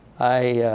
i